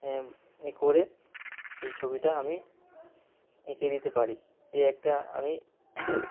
এ করে সেই ছবিটা আমি এঁকে দিতে পারি এই একটা আমি